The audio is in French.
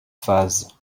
phases